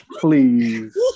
please